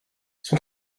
son